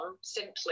simply